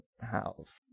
house